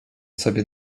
sobie